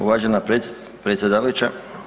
uvažena predsjedavajuća.